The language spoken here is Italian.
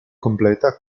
completa